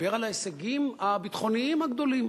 דיבר על ההישגים הביטחוניים הגדולים: